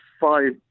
five